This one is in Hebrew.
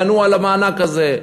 בנו על המענק הזה.